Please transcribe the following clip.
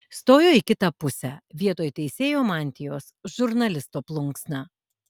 stojo į kitą pusę vietoj teisėjo mantijos žurnalisto plunksna